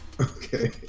Okay